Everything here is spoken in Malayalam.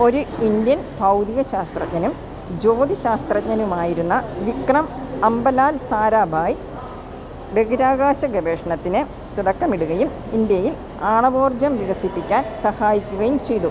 ഒരു ഇന്ത്യൻ ഭൗതിക ശാസ്ത്രജ്ഞനും ജ്യോതി ശാസ്ത്രജ്ഞനുമായിരുന്ന വിക്രം അംബലാൽ സാരാഭായ് ബഹിരാകാശ ഗവേഷണത്തിന് തുടക്കമിടുകയും ഇന്ത്യയിൽ ആണവോർജ്ജം വികസിപ്പിക്കാൻ സഹായിക്കുകയും ചെയ്തു